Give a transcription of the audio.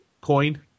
coin